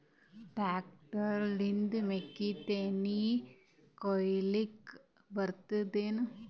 Tractor ನಿಂದ ಮೆಕ್ಕಿತೆನಿ ಕೊಯ್ಯಲಿಕ್ ಬರತದೆನ?